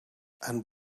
and